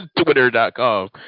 twitter.com